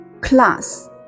Class